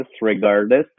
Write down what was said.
regardless